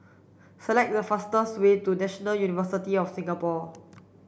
select the fastest way to National University of Singapore